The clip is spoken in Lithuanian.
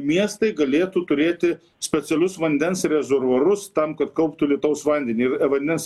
miestai galėtų turėti specialius vandens rezervuarus tam kad kauptų lietaus vandenį ir vendens